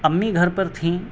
امی گھر پر تھیں